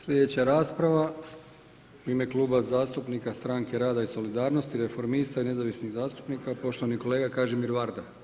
Slijedeća rasprava u ime Kluba zastupnika Stranke rada i solidarnosti, Reformista i nezavisnih zastupnika, poštovani kolega Kažimir Varda.